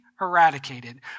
eradicated